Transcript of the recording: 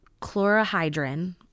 chlorohydrin